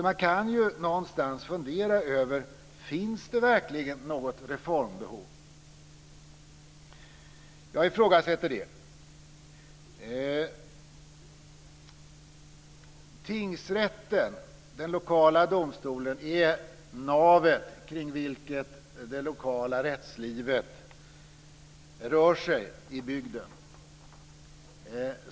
Man kan alltså fundera över om det verkligen finns något reformbehov. Jag ifrågasätter det. Tingsrätten, den lokala domstolen, är navet kring vilket det lokala rättslivet rör sig i bygden.